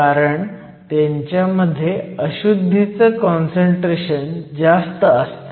कारण त्यांच्यामध्ये अशुध्दी चं काँसंट्रेशन जास्त असतं